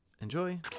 Enjoy